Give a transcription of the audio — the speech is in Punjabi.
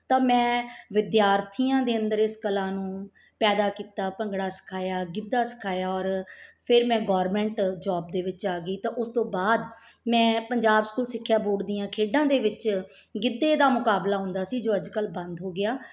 ਤਾਂ ਮੈਂ ਵਿਦਿਆਰਥੀਆਂ ਦੇ ਅੰਦਰ ਇਸ ਕਲਾ ਨੂੰ ਪੈਦਾ ਕੀਤਾ ਭੰਗੜਾ ਸਿਖਾਇਆ ਗਿੱਧਾ ਸਿਖਾਇਆ ਔਰ ਫਿਰ ਮੈਂ ਗੌਰਮੈਂਟ ਜੋਬ ਦੇ ਵਿੱਚ ਆ ਗਈ ਤਾਂ ਉਸ ਤੋਂ ਬਾਅਦ ਮੈਂ ਪੰਜਾਬ ਸਕੂਲ ਸਿੱਖਿਆ ਬੋਰਡ ਦੀਆਂ ਖੇਡਾਂ ਦੇ ਵਿੱਚ ਗਿੱਧੇ ਦਾ ਮੁਕਾਬਲਾ ਹੁੰਦਾ ਸੀ ਜੋ ਅੱਜ ਕੱਲ੍ਹ ਬੰਦ ਹੋ ਗਿਆ